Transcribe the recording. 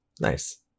Nice